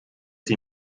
sie